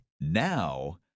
Now